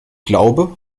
glaube